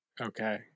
Okay